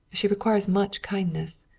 she requires much kindness.